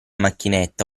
macchinetta